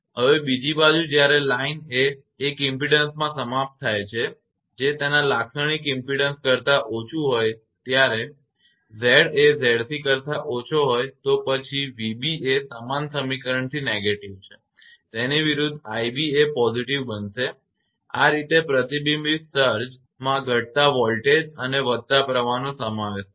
હવે બીજી બાજુ જ્યારે લાઇન એ એક ઇમપેડન્સમાં સમાપ્ત થાય છે જે તેના લાક્ષણિક ઇમપેડન્સ કરતા ઓછું હોય છે જ્યારે Z એ 𝑍𝑐 કરતા ઓછો હોય તો પછી 𝑣𝑏 એ સમાન સમીકરણથી negative છે અને તેની વિરુધ્ધ 𝑖𝑏એ positive બનશે આ રીતે પ્રતિબિંબિત સર્જ માં ઘટતા વોલ્ટેજ અને વધતા પ્રવાહનો સમાવેશ થાય છે